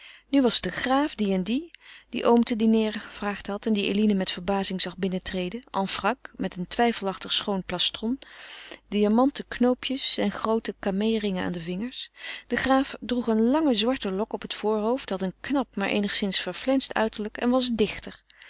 nu was het een graaf die en die dien oom te dineeren gevraagd had en dien eline met verbazing zag binnentreden en frac met een twijfelachtig schoon plastron diamanten knoopjes en groote camee ringen aan de vingers de graaf droeg een lange zwarte lok op het voorhoofd had een knap maar eenigszins verflenst uiterlijk en was dichter